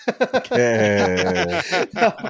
Okay